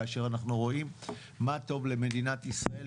כאשר אנחנו רואים מה טוב למדינת ישראל,